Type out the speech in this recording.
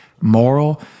moral